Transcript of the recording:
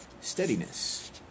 steadiness